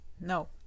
No